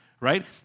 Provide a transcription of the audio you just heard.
right